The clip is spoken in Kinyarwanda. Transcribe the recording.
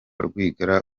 rwigara